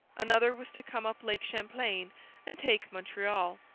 another was to come up lake champlain and take montreal.